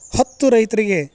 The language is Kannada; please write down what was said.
ಹತ್ತು ರೈತರಿಗೆ